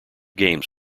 games